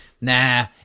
Nah